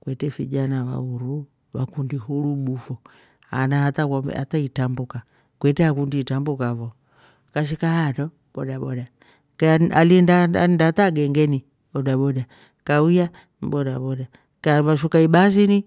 kwetre fijana wa uruu vakundi hurubu fo nanga hata wambia hata itambuka kwetre akundi itrambuka fo kashika haatro boda boda, kan- ali- ali- inda hata gengeni bodadoda kauya ni bodaboda kavashuka ibaasini